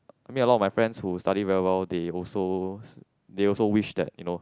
I mean a lot of my friends who study very well they also they also wish that you know